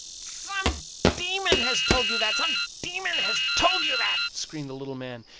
some demon has told you that! some demon has told you that! screamed the little man,